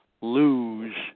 lose